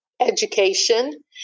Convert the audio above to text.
Education